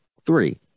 three